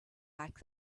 like